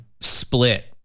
split